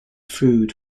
food